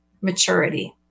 maturity